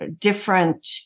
different